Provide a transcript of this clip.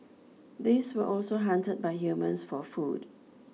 these were also hunted by humans for food